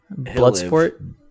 Bloodsport